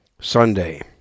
Sunday